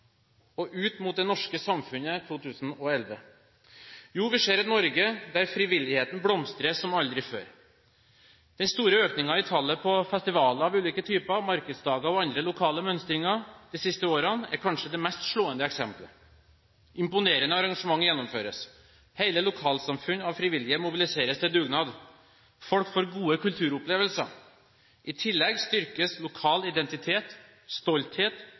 og ut mot det norske samfunnet 2011? Jo, vi ser et Norge der frivilligheten blomstrer som aldri før. Den store økningen i tallet på festivaler av ulike typer, markedsdager og andre lokale mønstringer de siste årene er kanskje det mest slående eksempelet. Imponerende arrangementer gjennomføres. Hele lokalsamfunn av frivillige mobiliseres til dugnad. Folk får gode kulturopplevelser. I tillegg styrkes lokal identitet, stolthet